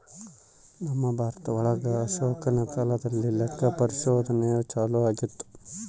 ನಮ್ ಭಾರತ ಒಳಗ ಅಶೋಕನ ಕಾಲದಲ್ಲಿ ಲೆಕ್ಕ ಪರಿಶೋಧನೆ ಚಾಲೂ ಆಗಿತ್ತು